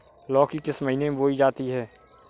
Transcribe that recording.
लौकी किस महीने में बोई जाती है?